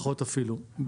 פחות אפילו,